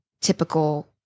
typical